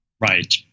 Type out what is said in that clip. Right